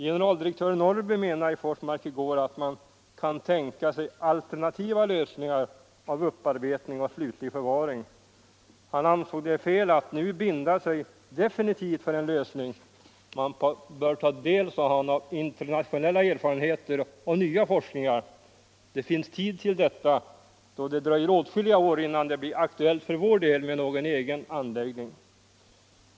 Generaldirektör Norrby menade i Forsmark i går att man kan tänka sig alternativa lösningar i fråga om upparbetning och slutlig förvaring. Han ansåg det fel att nu binda sig definitivt för en lösning. Man bör ta del. sade han, av internationella erfarenheter och nya forskningsresultat. Det finns tid till detta då det dröjer åtskilliga år innan det blir aktuellt för vår del med någon egen upparbetningsunläggnihg.